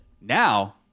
Now